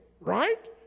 right